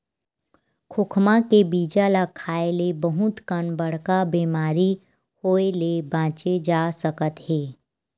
खोखमा के बीजा ल खाए ले बहुत कन बड़का बेमारी होए ले बाचे जा सकत हे